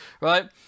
right